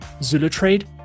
ZuluTrade